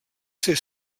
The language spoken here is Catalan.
ser